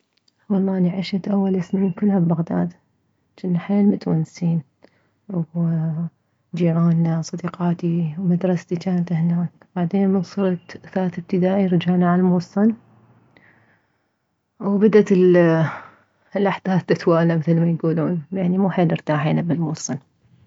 والله اني عشت اول سنين كلها ببغداد جنا حيل متونسين وجيرانا صديقاتي مدرستي جانت هناك بعدين من صرت ثالث ابتدائي رجعنا عالموصل وبدت الاحداث تتوالى مثل ما يكولون يعني مو حيل ارتاحينا بالموصل